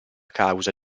causa